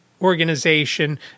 organization